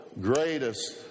greatest